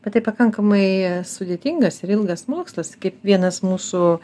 bet tai pakankamai sudėtingas ir ilgas mokslas kaip vienas mūsų